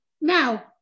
Now